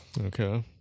Okay